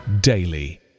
daily